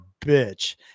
bitch